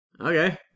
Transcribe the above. okay